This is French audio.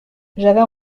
j’avais